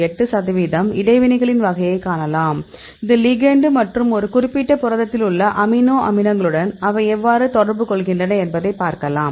8 சதவிகிதம் இடைவினைகளின் வகையைக் காணலாம் இது லிகெண்டு மற்றும் ஒரு குறிப்பிட்ட புரதத்தில் உள்ள அமினோ அமிலங்களுடன் அவை எவ்வாறு தொடர்பு கொள்கின்றன என்பதை பார்க்கலாம்